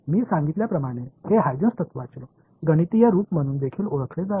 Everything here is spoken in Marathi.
मी सांगितल्याप्रमाणे हे ह्युजेन्स तत्त्वाचे गणितीय रूप म्हणून देखील ओळखले जाते